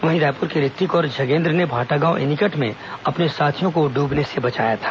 वहीं रायपुर के रितिक और झगेन्द्र ने भाटागांव एनीकट में अपने साथियों को ड्रबने से बचाया था